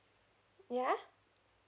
yeah